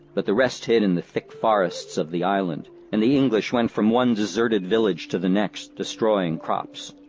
but the rest hid in the thick forests of the island and the english went from one deserted village to the next, destroying crops.